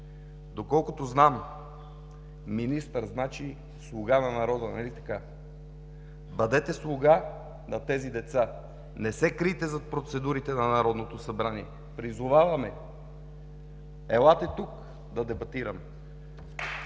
доколкото знам „министър“ означава слуга на народа, нали така? Бъдете слуга на тези деца! Не се крийте зад процедурите на Народното събрание! Призоваваме Ви: елате тук да дебатираме!